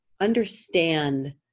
understand